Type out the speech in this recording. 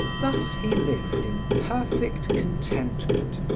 thus he lived in perfect contentment,